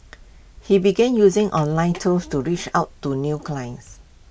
he began using online tools to reach out to new clients